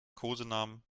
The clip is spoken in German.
kosenamen